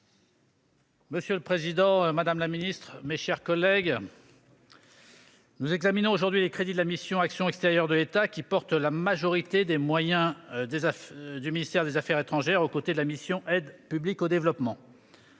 Monsieur le président, madame la ministre, mes chers collègues, nous examinons aujourd'hui les crédits de la mission « Action extérieure de l'État », qui porte la majorité des moyens du ministère des affaires étrangères, avec la mission « Aide publique au développement